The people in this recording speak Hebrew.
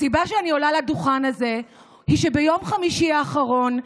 הסיבה שאני עולה לדוכן הזה היא שביום חמישי האחרון,